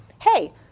hey